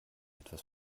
etwas